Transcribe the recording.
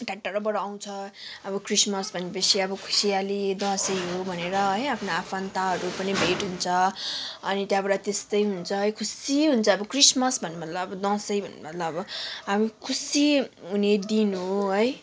टाढा टाढोबाट आउँछ क्रिसम्स भनेपछि खुसियाली अब दसैँ हो भनेर है आफ्नो आफन्तहरू पनि भेट हुन्छ अनि त्यहाँबाट त्यस्तै हुन्छ है खुसी हुन्छ अब क्रिसमस भन्नु मतलब अब दसैँ भन्नु मतलब अब खुसी हुने दिन हो है